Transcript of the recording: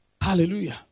Hallelujah